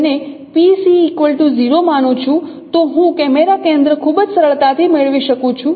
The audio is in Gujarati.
હવે જો હું આ રજૂઆતને PC 0 માનું છું તો હું કેમેરા કેન્દ્ર ખૂબ જ સરળતાથી મેળવી શકું છું